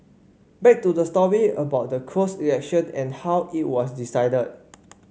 back to the story about the closed election and how it was decided